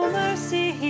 mercy